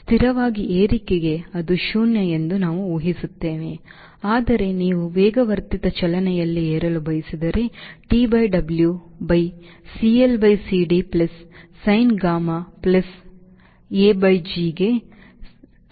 ಸ್ಥಿರವಾದ ಏರಿಕೆಗೆ ಅದು ಶೂನ್ಯ ಎಂದು ನಾವು ಊಹಿಸುತ್ತೇವೆ ಆದರೆ ನೀವು ವೇಗವರ್ಧಿತ ಚಲನೆಯಲ್ಲಿ ಏರಲು ಬಯಸಿದರೆ T by W by CL by CD plus sin gamma plus a by g ಗ್ಗೆ